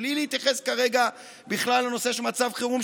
בלי להתייחס כרגע בכלל לנושא של מצב חירום,